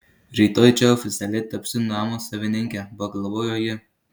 rytoj čia oficialiai tapsiu namo savininke pagalvojo ji